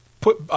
put –